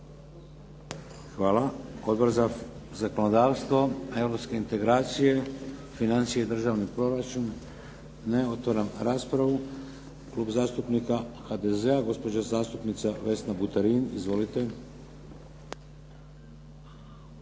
Hvala. Odbor za zakonodavstvo? Europske integracije? Financije i državni proračun? Ne. Otvaram raspravu. Klub zastupnika HDZ-a, gospođa zastupnica Vesna Buterin. Izvolite.